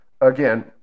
Again